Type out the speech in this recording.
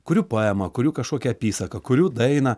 kuriu poemą kuriu kažkokią apysaką kuriu dainą